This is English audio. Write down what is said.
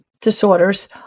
disorders